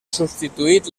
substituït